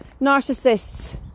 narcissists